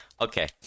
Okay